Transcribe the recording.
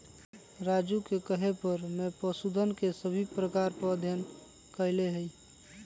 राजू के कहे पर मैं पशुधन के सभी प्रकार पर अध्ययन कैलय हई